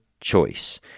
choice